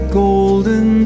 golden